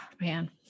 man